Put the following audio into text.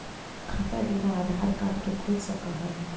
खाता बिना आधार कार्ड के खुल सक है?